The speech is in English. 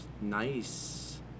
Nice